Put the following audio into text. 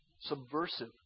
subversive